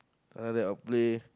then after that I'll play